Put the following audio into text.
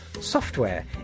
Software